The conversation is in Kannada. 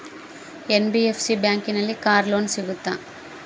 ಎನ್.ಬಿ.ಎಫ್.ಸಿ ಬ್ಯಾಂಕಿನಲ್ಲಿ ಕಾರ್ ಲೋನ್ ಸಿಗುತ್ತಾ?